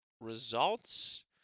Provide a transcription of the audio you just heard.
results